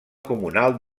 comunal